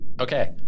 Okay